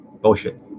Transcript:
Bullshit